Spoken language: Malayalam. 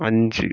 അഞ്ച്